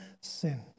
sin